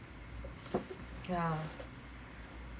yeah